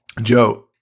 Joe